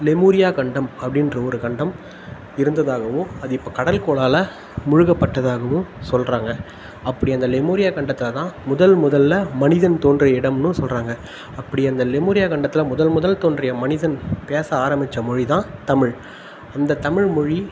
லெமூரியா கண்டம் அப்படின்ற ஒரு கண்டம் இருந்ததாகவும் அது இப்போது கடல் கோளால் முழுகப்பட்டதாகவும் சொல்கிறாங்க அப்படி அந்த லெமூரியா கண்டத்தில் தான் முதல் முதலில் மனிதன் தோன்றிய இடம்னும் சொல்கிறாங்க அப்படி அந்த லெமூரியா கண்டத்தில் முதல் முதல் தோன்றிய மனிதன் பேச ஆரம்பித்த மொழி தான் தமிழ் அந்தத்தமிழ் மொழி